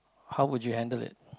how would you handle it